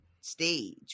stage